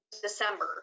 December